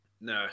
No